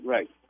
Right